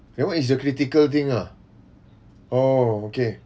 that one is the critical thing ah oh okay